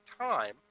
time